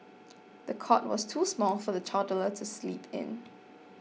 the cot was too small for the toddler to sleep in